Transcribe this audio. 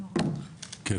כן.